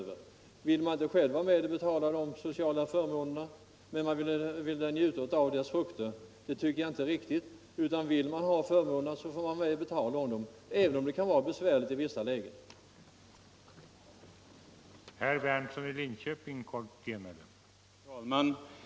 Och jag tycker inte det är riktigt att man inte själv skall vara med och betala de sociala förmåner som man vill njuta frukterna av framdeles. Vill man ha förmånerna, så får man också vara med och betala för dem, även om det i vissa lägen kan vara besvärligt.